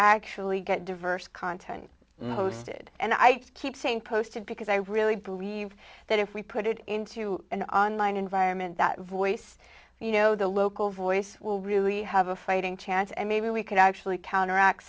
actually get diverse content hosted and i keep saying posted because i really believe that if we put it into an online environment that voice you know the local voice will really have a fighting chance and maybe we can actually counteract